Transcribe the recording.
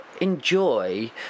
enjoy